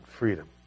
freedom